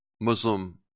Muslim